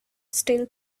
still